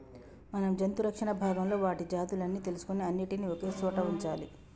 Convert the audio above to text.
మనం జంతు రక్షణ భాగంలో వాటి జాతులు అన్ని తెలుసుకొని అన్నిటినీ ఒకే సోట వుంచాలి